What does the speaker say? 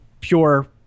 pure